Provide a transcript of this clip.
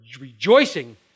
rejoicing